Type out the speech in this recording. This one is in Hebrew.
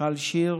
מיכל שיר.